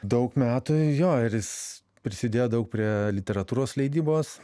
daug metų jo ir jis prisidėjo daug prie literatūros leidybos